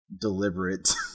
deliberate